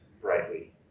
brightly